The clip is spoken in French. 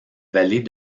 vallée